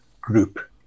group